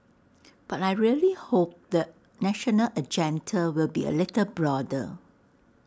but I really hope the national agenda will be A little broader